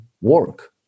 work